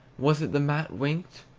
was it the mat winked,